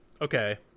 Okay